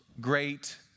great